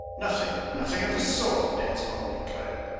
nothing nothing of the sort! densmore declared.